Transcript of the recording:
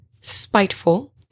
spiteful